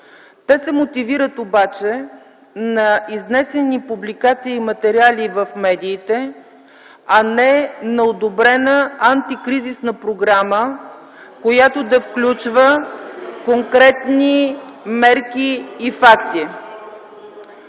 Те се мотивират обаче на изнесени публикации и материали в медиите, а не на одобрена антикризисна програма, която да включва конкретни мерки и факти.